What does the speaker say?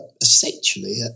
essentially